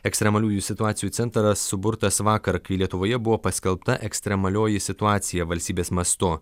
ekstremaliųjų situacijų centras suburtas vakar kai lietuvoje buvo paskelbta ekstremalioji situacija valstybės mastu